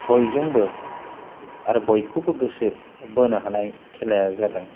बयजोंबो आरो बयखौबो गोसो बोनो हानाय खेलाया जादों